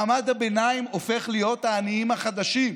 מעמד הביניים הופך להיות העניים החדשים.